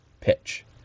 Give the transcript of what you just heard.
Pitch